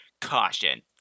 Caution